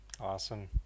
Awesome